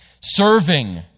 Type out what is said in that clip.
Serving